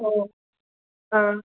ꯑꯣ ꯑꯥ